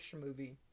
movie